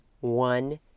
one